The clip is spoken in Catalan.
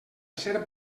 ser